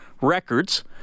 records